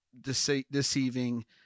deceiving